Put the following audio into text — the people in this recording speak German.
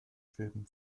fäden